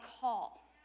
call